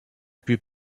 plus